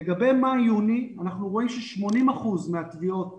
לגבי מאי-יוני אנחנו רואים ש-80% מהתביעות טופלו,